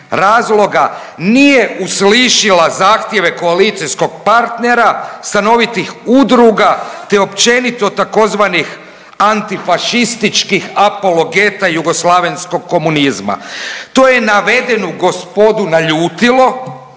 razloga nije uslišila zahtjeve koalicijskog partnera stanovitih udruga te općenito tzv. antifašističkih apologeta jugoslavenskog komunizma. To je navedenu gospodu naljutilo,